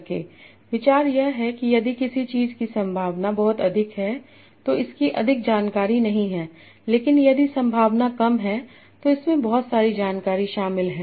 विचार यह है कि यदि किसी चीज की संभावना बहुत अधिक है तो इसकी अधिक जानकारी नहीं है लेकिन यदि संभावना कम है तो इसमें बहुत सारी जानकारी शामिल है